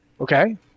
Okay